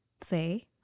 say